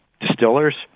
distillers